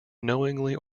knowingly